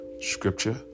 Scripture